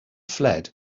fled